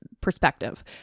perspective